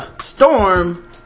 storm